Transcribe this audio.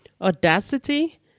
audacity